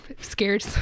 Scared